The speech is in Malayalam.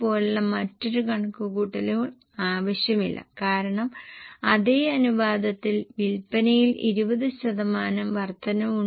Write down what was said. അവരുടെ മാനദണ്ഡമനുസരിച്ച് അവരുടെ വിൽപ്പനച്ചെലവിൽ 20 ശതമാനം അവർ പ്രതീക്ഷിക്കുന്നു